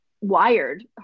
wired